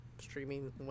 streaming